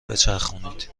بچرخونید